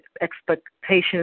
expectations